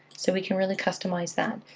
so we can really customize that.